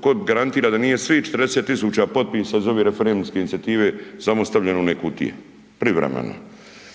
tko garantira da nije svih 40 tisuća potpisa iz ove referendumske inicijative samo stavljeno u one kutije, privremeno,